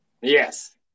yes